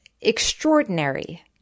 extraordinary